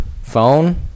phone